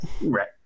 Right